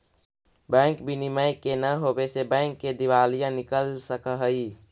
bank विनियम के न होवे से बैंक के दिवालिया निकल सकऽ हइ